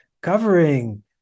covering